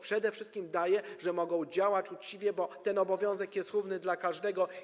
Przede wszystkim daje to, że mogą działać uczciwie, bo ten obowiązek jest równy dla każdego.